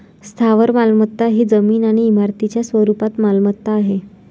स्थावर मालमत्ता ही जमीन आणि इमारतींच्या स्वरूपात मालमत्ता आहे